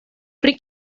pri